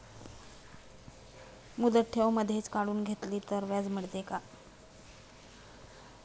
मुदत ठेव मधेच काढून घेतली तर व्याज मिळते का?